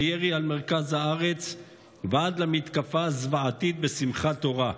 לירי על מרכז הארץ ועד למתקפה הזוועתית בשמחת תורה.